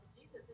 Jesus